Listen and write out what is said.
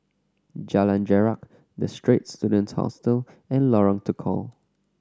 Jalan Jarak The Straits Students Hostel and Lorong Tukol